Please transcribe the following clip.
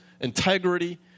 integrity